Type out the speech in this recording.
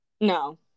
No